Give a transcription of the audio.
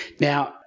Now